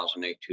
2008